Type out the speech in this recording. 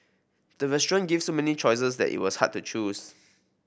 the restaurant gave so many choices that it was hard to choose